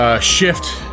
Shift